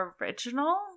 original